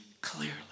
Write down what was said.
clearly